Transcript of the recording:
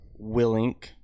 Willink